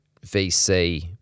VC